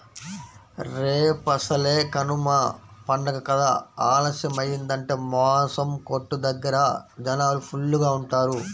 రేపసలే కనమ పండగ కదా ఆలస్యమయ్యిందంటే మాసం కొట్టు దగ్గర జనాలు ఫుల్లుగా ఉంటారు